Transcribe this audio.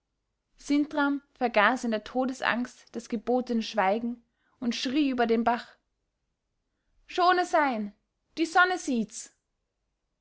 sintram vergaß in der todesangst das gebotene schweigen und schrie über den bach schone sein die sonne sieht's